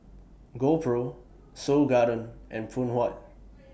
GoPro Seoul Garden and Phoon Huat